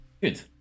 Good